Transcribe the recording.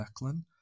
declan